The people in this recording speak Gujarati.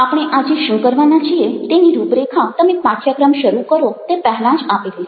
આપણે આજે શું કરવાના છીએ તેની રૂપરેખા તમે પાઠ્યક્રમ શરૂ કરો તે પહેલાં જ આપેલી છે